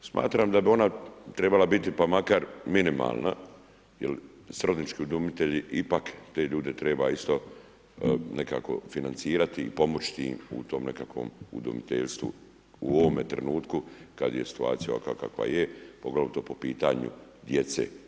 Smatram da bi ona trebala biti pa makar minimalna jer srodnički udomitelji ipak te ljude treba isto nekako financirati i pomoći u tom nekakvom udomiteljstvu u ovome trenutku kad je situacija ovakva kakva je, poglavito po pitanju djece.